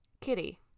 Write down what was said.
Kitty